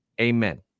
Amen